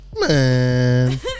Man